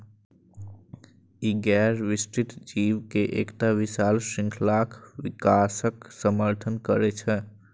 ई गैर विस्तृत जीव के एकटा विशाल शृंखलाक विकासक समर्थन करै छै